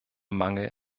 mangel